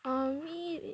err me